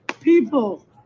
People